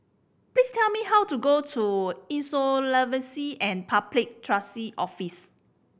please tell me how to go to Insolvency and Public Trustee Office